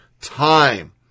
time